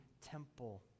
temple